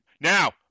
Now